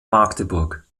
magdeburg